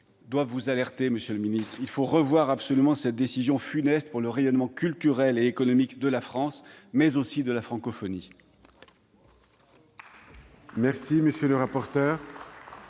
doivent vous alerter, monsieur le ministre. Il faut absolument revoir cette décision funeste pour le rayonnement culturel et économique de la France, mais aussi pour la francophonie.